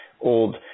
old